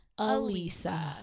Alisa